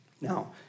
Now